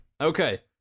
Okay